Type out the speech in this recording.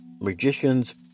magician's